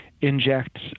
injects